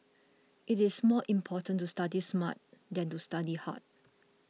it is more important to study smart than to study hard